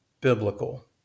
biblical